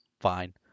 fine